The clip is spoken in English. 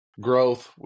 growth